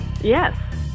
Yes